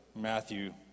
Matthew